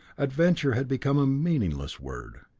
adventure had become a meaningless word.